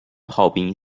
炮兵